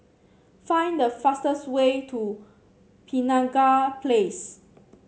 find the fastest way to Penaga Place